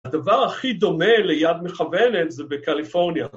הדבר הכי דומה ליד מכוונת זה בקליפורניה